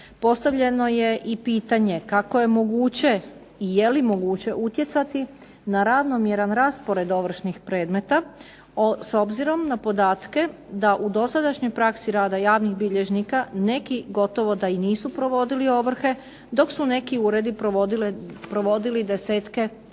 Postavljeno je i pitanje kako je moguće i je li moguće utjecati na ravnomjeran raspored ovršnih predmeta s obzirom na podatke da u dosadašnjoj praksi rada javnih bilježnika neki gotovo da i nisu provodili ovrhe, dok su neki uredi provodili desetke tisuća